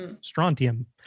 Strontium